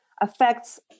affects